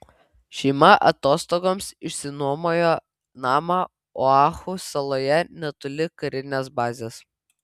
šeima atostogoms išsinuomojo namą oahu saloje netoli karinės bazės